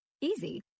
Easy